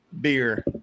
beer